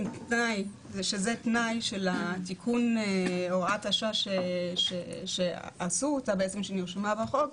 התנאי של תיקון הוראת השעה שנרשמה בחוק,